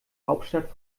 hauptstadt